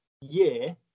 year